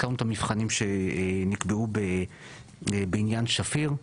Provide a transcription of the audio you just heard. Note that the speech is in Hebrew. הזכרנו את המבחנים שנקבעו בעניין שפיר,